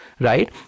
Right